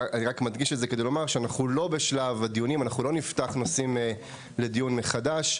כדי לומר שאנחנו לא בשלב הדיונים ;אנחנו לא נפתח נושאים לדיון מחדש,